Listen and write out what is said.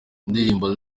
indirimbo